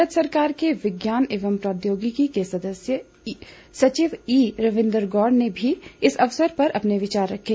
भारत सरकार के विज्ञान एवं प्रौद्योगिकी के सदस्य सचिव ई रविन्द्र गौड़ ने भी इस अवसर पर अपने विचार रखे